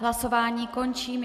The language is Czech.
Hlasování končím.